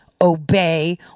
obey